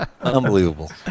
Unbelievable